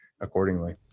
accordingly